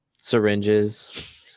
syringes